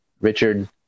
Richard